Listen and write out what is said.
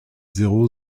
zéro